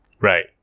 right